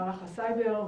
מערך הסייבר,